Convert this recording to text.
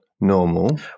normal